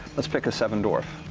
let's pick a seven dwarf.